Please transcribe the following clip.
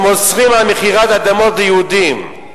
הם אוסרים מכירת אדמות ליהודים,